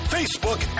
Facebook